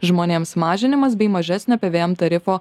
žmonėms mažinimas bei mažesnio pvm tarifo